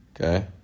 Okay